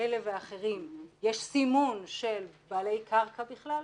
כאלה ואחרים יש סימון של בעלי קרקע בכלל,